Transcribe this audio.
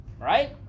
right